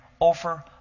over